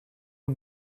are